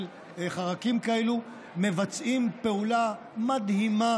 של חרקים כאלה מבצעים פעולה מדהימה